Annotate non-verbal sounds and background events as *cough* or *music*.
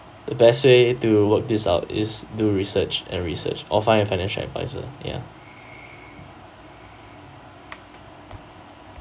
the best way to work this out is do research and research or find a financial advisor ya *breath*